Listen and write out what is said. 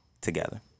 together